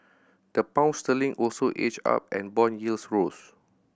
the Pound sterling also edged up and bond yields rose